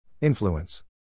Influence